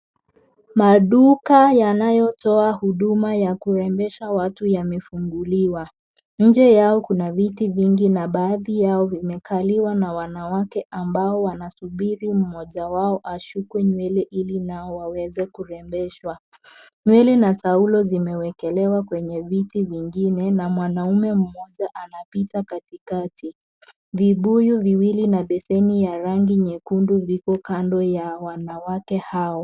Maduka yanayotoa huduma ya kurembesha watu yamefunguliwa . Nje yao kuna viti vingi na baadhi yao vimekaliwa na wanawake ambao wanasubiri mmoja wao ashukwe nywele ili nao waweze kurembeshwa nywele na taulo zimewekelewa kwenye viti vingine na mwanaume mmoja anapita katikati . Vibuyu viwili na beseni ya rangi nyekundu viko kando ya wanawake hao.